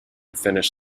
finnish